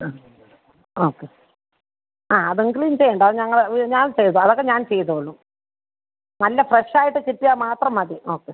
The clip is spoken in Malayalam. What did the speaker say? അ ഓക്കെ ആ അത് ക്ലീൻ ചെയ്യേണ്ട അത് ഞങ്ങൾ ഞാൻ അതൊക്കെ ഞാൻ ചെയ്തുകൊള്ളും നല്ല ഫ്രഷ് ആയിട്ട് കിട്ടിയാൽ മാത്രം മതി ഓക്കെ